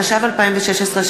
התשע"ו 2016,